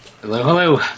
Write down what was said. Hello